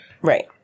Right